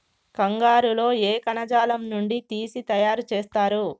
కంగారు లో ఏ కణజాలం నుండి తీసి తయారు చేస్తారు?